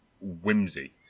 whimsy